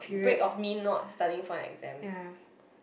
break of me not studying for an exam